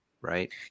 Right